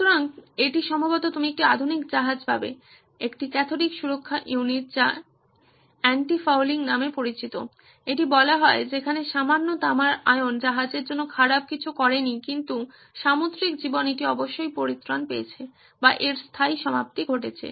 সুতরাং এটি সম্ভবত তুমি একটি আধুনিক জাহাজে পাবে একটি ক্যাথোডিক সুরক্ষা ইউনিট যা এন্টি ফাউলিং নামে পরিচিত এটি বলা হয় যেখানে সামান্য তামার আয়ন জাহাজের জন্য খারাপ কিছু করেনি কিন্তু সামুদ্রিক জীবন এটি অবশ্যই পরিত্রাণ পেয়েছে বা এর স্থায়ী সমাপ্তি ঘটেছে